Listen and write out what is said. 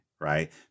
right